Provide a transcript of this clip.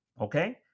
Okay